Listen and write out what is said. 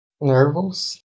Nervous